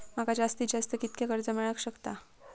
माका जास्तीत जास्त कितक्या कर्ज मेलाक शकता?